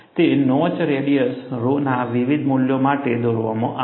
તે notch radius રોના વિવિધ મૂલ્યો માટે દોરવામાં આવશે